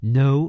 no